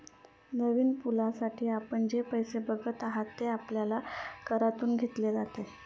नवीन पुलासाठी आपण जे पैसे बघत आहात, ते आपल्या करातून घेतले जातात